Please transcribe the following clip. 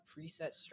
preset